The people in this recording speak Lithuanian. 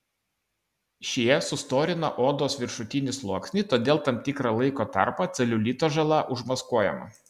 šie sustorina odos viršutinį sluoksnį todėl tam tikrą laiko tarpą celiulito žala užmaskuojama